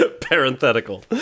Parenthetical